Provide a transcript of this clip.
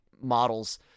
models